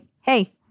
Hey